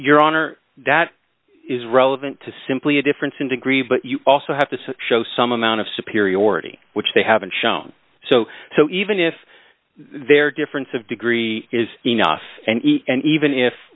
your honor that is relevant to simply a difference in degree but you also have to show some amount of superiority which they haven't shown so so even if their difference of degree is enough and and even if